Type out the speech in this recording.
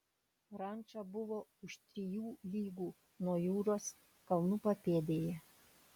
ranča buvo už trijų lygų nuo jūros kalnų papėdėje